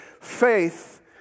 faith